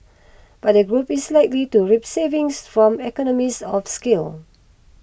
but the group is likely to reap savings from economies of scale